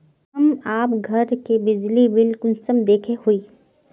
हम आप घर के बिजली बिल कुंसम देखे हुई?